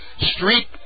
street